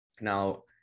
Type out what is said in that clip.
now